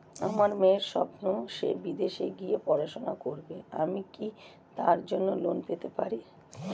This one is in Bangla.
আমার মেয়ের স্বপ্ন সে বিদেশে গিয়ে পড়াশোনা করবে আমি কি তার জন্য লোন পেতে পারি?